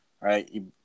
right